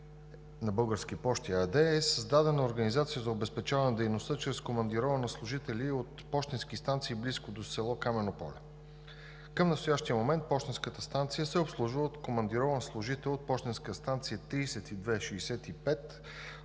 на „Български пощи“ ЕАД е създадена организация за обезпечаване дейността чрез командироване на служители от пощенски станции близко до село Камено поле. Към настоящия момент пощенската станция се обслужва от командирован служител от пощенска станция 3265